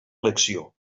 elecció